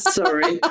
sorry